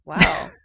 Wow